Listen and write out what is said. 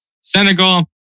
Senegal